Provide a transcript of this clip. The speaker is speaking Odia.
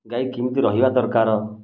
ଗାଈ କେମିତି ରହିବା ଦରକାର